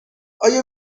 آیا